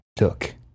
Look